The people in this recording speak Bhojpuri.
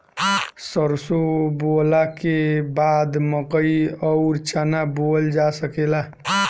सरसों बोअला के बाद मकई अउर चना बोअल जा सकेला